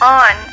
on